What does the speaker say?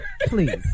Please